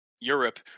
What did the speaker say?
Europe